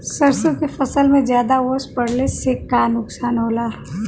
सरसों के फसल मे ज्यादा ओस पड़ले से का नुकसान होला?